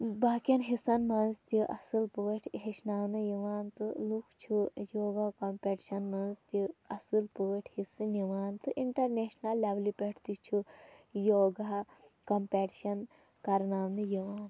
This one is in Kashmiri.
باقِیَن حصَن منٛز تہِ اصٕل پٲٹھۍ ٲں ہیٚچھناونہٕ یِوان تہٕ لوٗکھ چھِ یوگا کَمپِٹِشَن منٛز تہِ اصٕل پٲٹھۍ حصہٕ نِوان تہٕ اِنٛٹَرنیشنَل لیولہِ پٮ۪ٹھ تہِ چھُ یوگا کَمپِِٹشَن کرناونہٕ یِوان